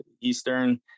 Eastern